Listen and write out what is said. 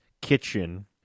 kitchen